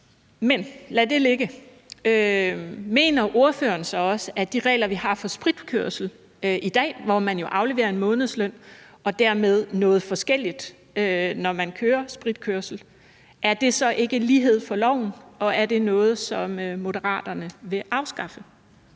men lad det ligge. Mener ordføreren så også, at de regler, vi har for spritkørsel i dag, hvor man jo afleverer en månedsløn og dermed noget forskelligt, når man kører spritkørsel, så ikke er lighed for loven, og er det noget, som Moderaterne vil afskaffe?